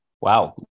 Wow